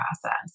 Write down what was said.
process